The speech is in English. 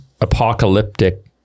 apocalyptic